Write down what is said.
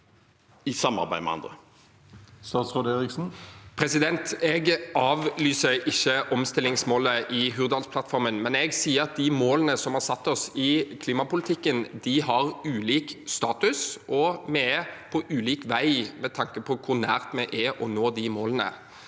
i samarbeid med andre? Statsråd Andreas Bjelland Eriksen Jeg avlyser ikke omstillingsmålet i Hurdalsplattformen, men jeg sier at de målene som vi har satt oss i klimapolitikken, har ulik status, og vi er på ulik vei med tanke på hvor nært vi er å nå de målene.